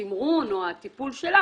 תישלח לאיפה?